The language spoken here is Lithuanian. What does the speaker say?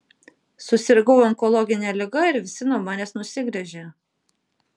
susirgau onkologine liga ir visi nuo manęs nusigręžė